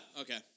okay